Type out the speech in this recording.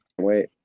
wait